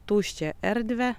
tuščią erdvę